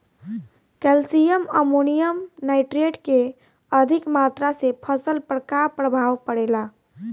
Calcium ammonium nitrate के अधिक मात्रा से फसल पर का प्रभाव परेला?